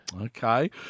Okay